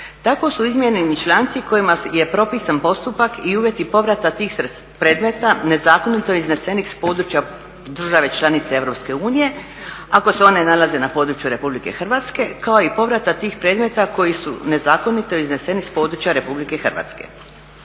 Tako su izmijenjeni članci kojima je propisan postupak i uvjeti povrata tih predmeta nezakonito iznesenih s područja države članice EU ako se one nalaze na području RH kao i povrata tih predmeta koji su nezakonito izneseni s područja RH.